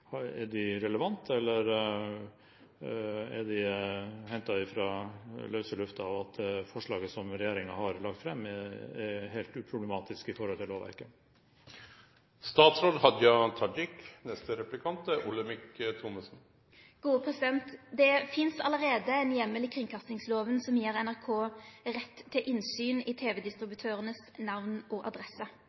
og er forslaget som regjeringen har lagt fram, helt uproblematisk i forhold til lovverket? Det finst allereie ein heimel i kringkastingsloven som gjev NRK rett til innsyn i tv-distributørane sine namn og adresser.